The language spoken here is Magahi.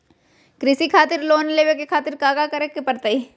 कृषि खातिर लोन लेवे खातिर काका करे की परतई?